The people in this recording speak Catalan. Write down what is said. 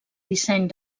disseny